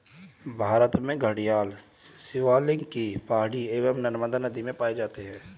भारत में घड़ियाल शिवालिक की पहाड़ियां एवं नर्मदा नदी में पाए जाते हैं